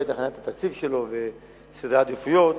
הכנת התקציב שלו וסדרי העדיפויות,